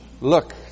Look